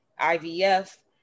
IVF